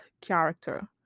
character